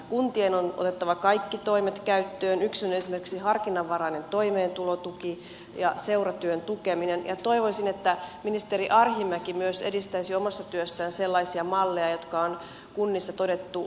kuntien on otettava kaikki toimet käyttöön yksi on esimerkiksi harkinnanvarainen toimeentulotuki yksi seuratyön tukeminen ja toivoisin että ministeri arhinmäki myös edistäisi omassa työssään sellaisia malleja jotka on kunnissa todettu hyviksi